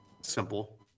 Simple